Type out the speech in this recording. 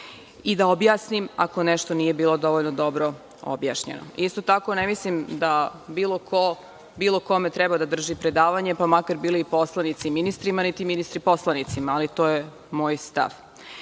i da objasnim ako nešto nije bilo dovoljno dobro objašnjeno. Isto tako, ne mislim da bilo ko bilo kome treba da drži predavanje, pa makar bili i poslanici ministrima, niti ministri poslanicima. Ali, to je moj stav. Meni